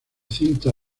cinta